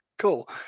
cool